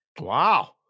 Wow